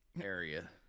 area